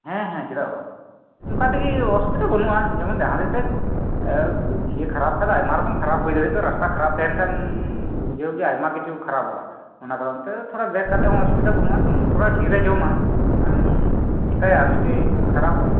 ᱦᱮᱸ ᱦᱮᱸ ᱪᱮᱫᱟᱜ ᱵᱟᱝ ᱚᱱᱠᱟᱛᱮᱜᱤ ᱚᱥᱩᱵᱤᱫᱷᱟ ᱵᱟᱱᱩᱜᱼᱟ ᱡᱮᱢᱚᱱ ᱡᱟᱦᱟ ᱞᱮᱠᱟ ᱠᱷᱟᱨᱟᱯ ᱠᱟᱫᱟᱭ ᱟᱭᱢᱟ ᱨᱚᱠᱚᱢ ᱠᱷᱟᱨᱟᱯ ᱦᱩᱭ ᱫᱟᱲᱮᱭᱟᱜ ᱛᱚ ᱨᱟᱥᱛᱟ ᱠᱷᱟᱨᱟᱯ ᱛᱟᱦᱮᱸᱞᱮᱱᱠᱷᱟᱱ ᱟᱭᱢᱟ ᱠᱤᱪᱷᱩ ᱠᱷᱟᱨᱟᱯ ᱦᱩᱭ ᱫᱟᱲᱮᱭᱟᱜᱼᱟ ᱮᱭ ᱠᱟᱨᱚᱱ ᱛᱮ ᱵᱮᱠ ᱠᱟᱛᱮ ᱦᱚᱸ ᱠᱳᱱᱳ ᱚᱥᱩᱵᱤᱛᱟ ᱵᱟᱹᱱᱩᱜᱼᱟ ᱥᱩᱱᱩᱢ ᱛᱷᱚᱲᱟ ᱰᱷᱮᱨᱮᱭ ᱡᱚᱢᱟ ᱪᱤᱠᱟᱭᱟᱢ ᱢᱤᱫᱴᱮᱡ ᱠᱷᱟᱨᱟᱯ